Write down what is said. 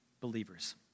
believers